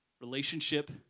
Relationship